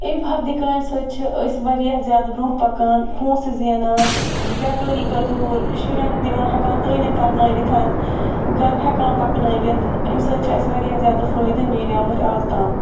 اَمہِ فَردِ کامہِ سۭتۍ چھِ أسۍ واریاہ زیادٕ برٛونٛہہ پَکان پونٛسہٕ زینان بیٚکٲری کٔر دوٗر شُرٮ۪ن دِوان ہٮ۪کان تٲلیٖم پَرنٲیِتھ گَرٕ ہٮ۪کان پَکنٲوِتھ اَمہِ سۭتۍ چھِ اَسہِ واریاہ زیادٕ فٲیدٕ مِلیمٕتۍ آز تام